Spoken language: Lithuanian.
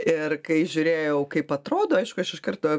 ir kai žiūrėjau kaip atrodo aišku aš iš karto